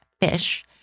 fish